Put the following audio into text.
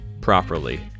properly